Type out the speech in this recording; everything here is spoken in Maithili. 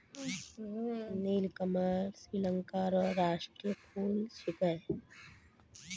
नीलकमल श्रीलंका रो राष्ट्रीय फूल छिकै